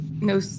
no